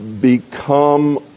become